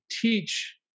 teach